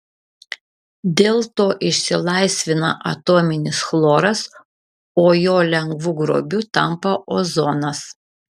dėl to išsilaisvina atominis chloras o jo lengvu grobiu tampa ozonas